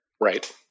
Right